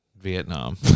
Vietnam